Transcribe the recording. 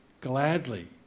gladly